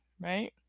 right